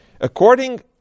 according